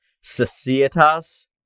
Societas